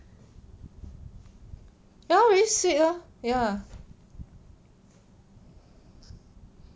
ya really sweet lor ya